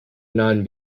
nan